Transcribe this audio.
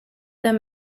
them